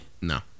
No